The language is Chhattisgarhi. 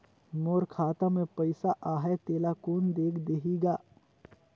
मोर खाता मे पइसा आहाय तेला कोन देख देही गा?